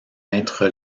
être